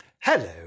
Hello